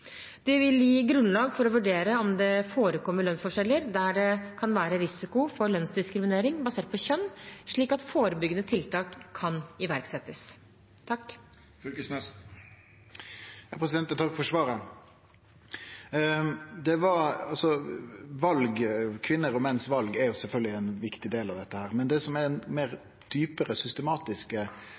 Det vil gi grunnlag for å vurdere om det forekommer lønnsforskjeller der det kan være risiko for lønnsdiskriminering basert på kjønn, slik at forebyggende tiltak kan iverksettes. Eg takkar for svaret. Vala til kvinner og menn er sjølvsagt ein viktig del av dette, men det som er